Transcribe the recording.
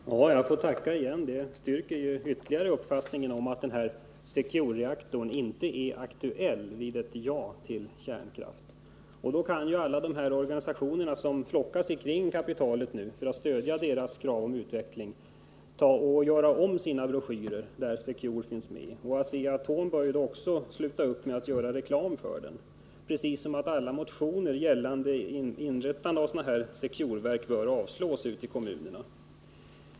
Herr talman! Jag får tacka igen. Energiministerns uttalande styrker ju att ”secure”-reaktorn inte är aktuell vid ett ja till kärnkraft. Då kan ju alla de här organisationerna som flockas kring kapitalet, för att stödja kapitalets krav på utveckling, göra om sina broschyrer, där ”secure”-reaktorn finns med. Asea-Atom bör vidare sluta upp med att göra reklam för den här reaktorn, liksom alla motioner om inrättande av ”secure”-verk bör avslås ute i kommunerna.